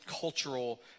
cultural